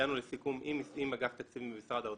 הגענו לסיכום עם אגף תקציבים במשרד האוצר,